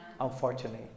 unfortunately